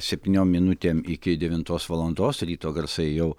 septyniom minutėm iki devintos valandos ryto garsai jau